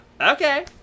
Okay